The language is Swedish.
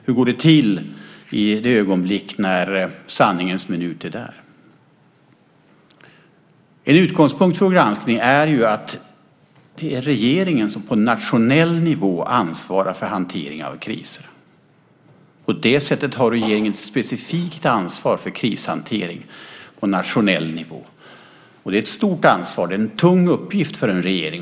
Hur går det till när sanningens minut är där? En utgångspunkt för vår granskning är att det är regeringen som på nationell nivå ansvarar för hantering av kriser. På det sättet har regeringen ett specifikt ansvar för krishantering på nationell nivå. Det är ett stort ansvar och en tung uppgift för en regering.